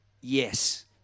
yes